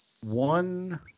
one